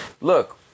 look